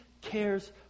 cares